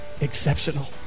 exceptional